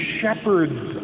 shepherds